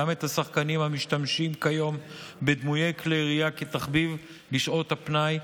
גם את השחקנים המשתמשים כיום בדמויי כלי ירייה כתחביב בשעות הפנאי.